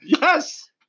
Yes